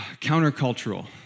countercultural